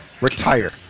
Retire